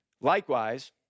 Likewise